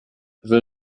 will